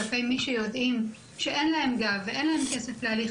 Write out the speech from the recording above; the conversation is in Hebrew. כלפי מי שיודעים שאין להם גב ואין להם כסף להליך